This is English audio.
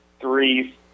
three